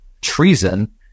treason